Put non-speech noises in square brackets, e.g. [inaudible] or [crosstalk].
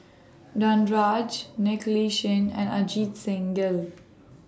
Danaraj [unintelligible] Li Chin and Ajit Singh Gill